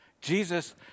Jesus